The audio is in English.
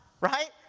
right